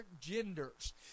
genders